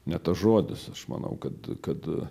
ne tas žodis aš manau kad kad